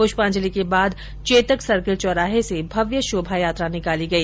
प्रष्पांजलि के बाद चेतक सर्कल चौराहे से भव्य शोभायात्रा निकाली गई